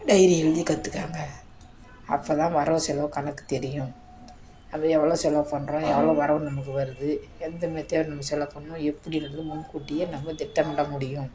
diary எழுதி கற்றுக்கங்க அப்போ தான் வரவு செலவு கணக்கு தெரியும் நம்ம எவ்வளோ செலவு பண்ணுறோம் எவ்வளோ வரவு நமக்கு வருது எந்த மெத்தெட் நம்ம செலவு பண்ணணும் எப்படிங்கிறத முன்கூட்டியே நம்ம திட்டமிட முடியும்